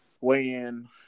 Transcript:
weigh-in